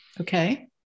Okay